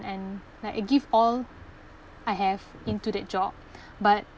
and like I give all I have into that job but